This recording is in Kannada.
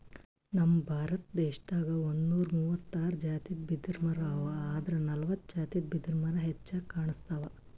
ನಮ್ ಭಾರತ ದೇಶದಾಗ್ ಒಂದ್ನೂರಾ ಮೂವತ್ತಾರ್ ಜಾತಿದ್ ಬಿದಿರಮರಾ ಅವಾ ಆದ್ರ್ ನಲ್ವತ್ತ್ ಜಾತಿದ್ ಬಿದಿರ್ಮರಾ ಹೆಚ್ಚಾಗ್ ಕಾಣ್ಸ್ತವ್